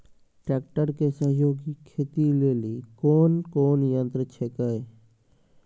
Tractor के सहयोगी खेती लेली कोन कोन यंत्र छेकै?